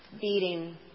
Beating